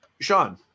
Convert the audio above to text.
Sean